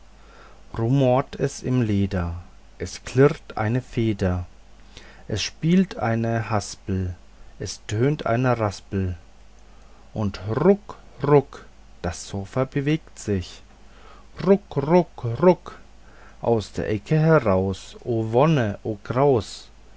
rumort es im leder es klirrt eine feder es spielt eine haspels es tönt eine raspel und ruck ruck das sofa bewegt sich ruck ruck ruck aus der ecke heraus o